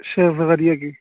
شیخ زکریا کی